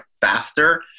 faster